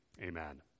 Amen